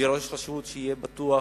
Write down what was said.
ראש רשות, שיהיה בטוח